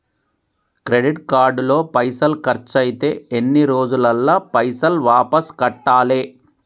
Credit card లో పైసల్ ఖర్చయితే ఎన్ని రోజులల్ల పైసల్ వాపస్ కట్టాలే?